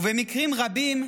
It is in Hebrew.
ובמקרים רבים,